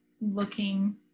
looking